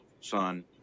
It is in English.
son